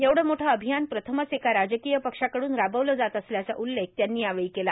एवढं मोठ अभियान प्रथमच एका राजकीय पक्षाकडून राबवलं जात असल्याचा उल्लेख त्यांनी यावेळी केला